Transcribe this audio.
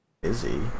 busy